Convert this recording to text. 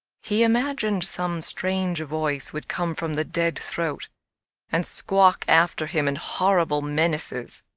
he imagined some strange voice would come from the dead throat and squawk after him in horrible menaces.